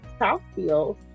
Southfield